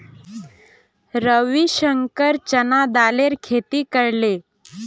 रविशंकर चना दालेर खेती करले